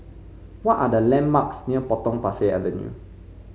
what are the landmarks near Potong Pasir Avenue